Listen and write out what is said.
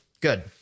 Good